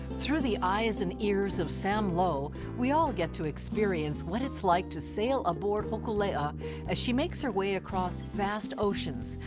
through the eyes and ears of sam low, we all get to experience what it's like to sail aboard hokulea as she makes her way across vast oceans,